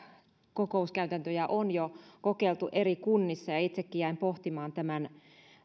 kokouskäytäntöjä on jo kokeiltu eri kunnissa ja itsekin jäin pohtimaan tämän